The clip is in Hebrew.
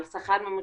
על שכר ממוצע,